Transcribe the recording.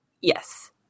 Yes